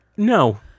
No